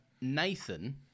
Nathan